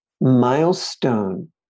milestone